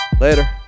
Later